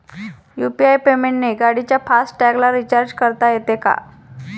UPI पेमेंटने गाडीच्या fast टॅगला रिर्चाज करता येते का?